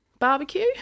Barbecue